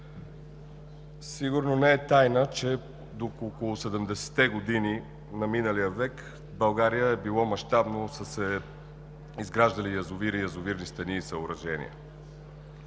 Сигурно не е тайна, че през 70-те години на миналия век в България мащабно са се изграждали язовири, язовирни стени и съоръжения.